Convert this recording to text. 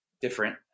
different